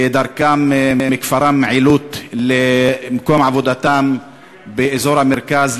בדרכם מכפרם עילוט למקום עבודתם באזור המרכז,